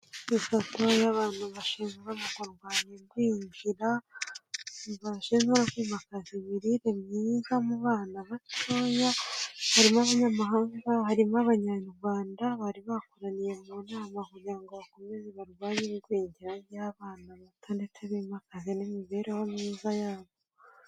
Ifoto y'abantu bashinzwe mu kurwanya igwingira, baje no kwimakaza imirire myiza mu bana batoya, harimo abanyamahanga, harimo abanyarwanda bari bakoraniye mu nama kugira ngo bakomeze barwanye igwingira ry'abana bato ndetse bimakaza n'imibereho myiza yabo.